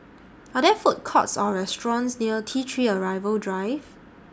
Are There Food Courts Or restaurants near T three Arrival Drive